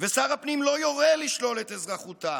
ושר הפנים לא יורה לשלול את אזרחותם,